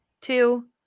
two